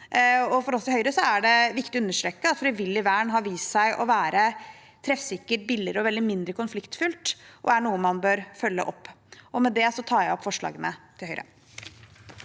For oss i Høyre er det viktig å understreke at frivillig vern har vist seg å være treffsikkert, billigere og mye mindre konfliktfylt og er noe man bør følge opp, Med det tar jeg opp forslaget Høyre